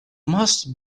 most